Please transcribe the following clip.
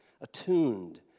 attuned